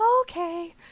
Okay